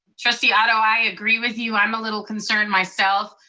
trustee otto, i agree with you. i'm a little concerned myself.